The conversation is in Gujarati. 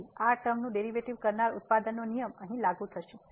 તેથી આ ટર્મનું ડેરિવેટિવ કરનાર ઉત્પાદનનો નિયમ અહીં લાગુ થશે